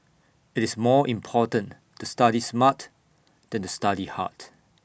IT is more important to study smart than to study hard